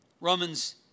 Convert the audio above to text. Romans